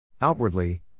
Outwardly